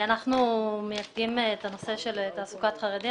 אנחנו מייצגים את הנושא של תעסוקת חרדים,